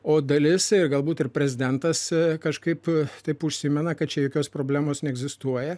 o dalis galbūt ir prezidentas kažkaip taip užsimena kad čia jokios problemos neegzistuoja